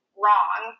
wrong